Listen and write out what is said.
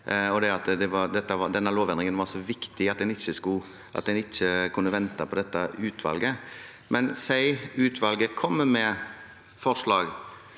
denne lovendringen var så viktig at en ikke kunne vente på dette utvalget. Men si at utvalget kommer med forslag